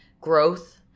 growth